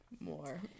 more